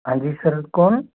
हाँ जी सर कौन